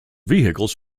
vehicles